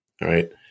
Right